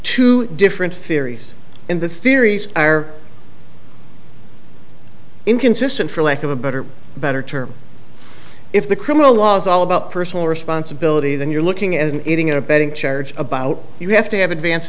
two different theories in the theories are inconsistent for lack of a better better term if the criminal law is all about personal responsibility then you're looking at an eating in a betting charge about you have to have advance